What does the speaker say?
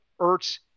Ertz